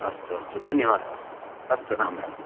अस्तु अस्तु धन्यवादः अस्तु राम राम